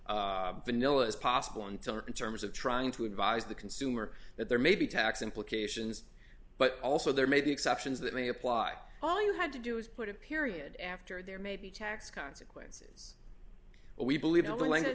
o as possible until in terms of trying to advise the consumer that there may be tax implications but also there may be exceptions that may apply all you had to do is put a period after there may be tax consequences but we believe th